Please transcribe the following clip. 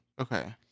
Okay